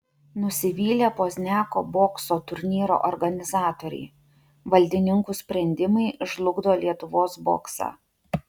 nusivylę pozniako bokso turnyro organizatoriai valdininkų sprendimai žlugdo lietuvos boksą